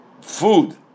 food